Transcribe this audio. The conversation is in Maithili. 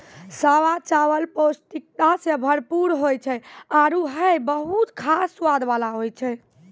सावा चावल पौष्टिकता सें भरपूर होय छै आरु हय बहुत खास स्वाद वाला होय छै